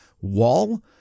wall